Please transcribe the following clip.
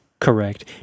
Correct